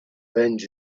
revenge